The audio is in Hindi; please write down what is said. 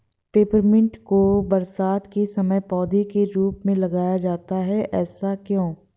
पेपरमिंट को बरसात के समय पौधे के रूप में लगाया जाता है ऐसा क्यो?